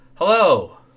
Hello